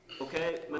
Okay